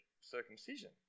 circumcision